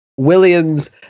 Williams